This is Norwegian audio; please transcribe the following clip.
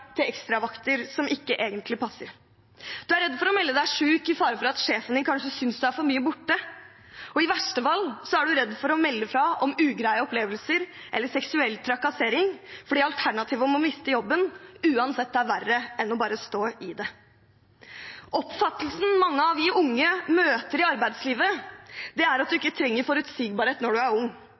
til ekstravakter som egentlig ikke passer. Du er redd for å melde deg syk i fare for at sjefen din kanskje synes du er for mye borte, og i verste fall er du redd for å melde fra om ugreie opplevelser eller seksuell trakassering, for alternativet å miste jobben er uansett verre enn bare å stå i det. Oppfattelsen mange unge møter i arbeidslivet, er at man ikke trenger forutsigbarhet når man er ung.